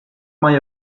mai